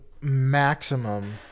maximum